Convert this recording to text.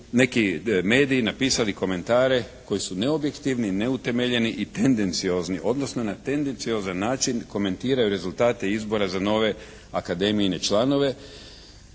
neki mediji napisali komentare koji su neobjektivni, neutemeljeni i tendenciozni odnosno na tendenciozan način komentiraju rezultate izbora za nove akademijine članove,